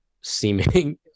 seeming